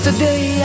Today